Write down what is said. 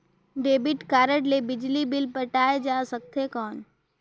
Debit card ले बिजली bill पटाय जा सकथे कौन?